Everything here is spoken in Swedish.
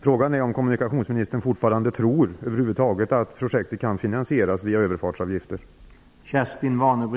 Frågan är om kommunikationsministern fortfarande tror att projektet över huvud taget kan finansieras via överfartsavgifter.